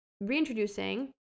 reintroducing